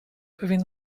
pewien